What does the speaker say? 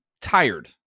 tired